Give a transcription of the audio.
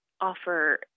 offer